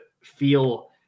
feel